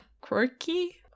quirky